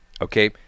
Okay